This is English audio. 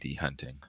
hunting